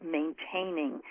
maintaining